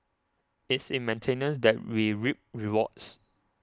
it's in maintenance that we reap rewards